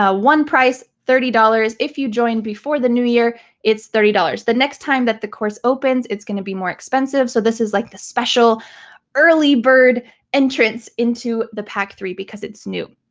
ah one price, thirty dollars if you join before the new year it's thirty dollars. the next time that the course opens it's gonna be more expensive, so this is like the special early bird entrance into the pack three because it's new.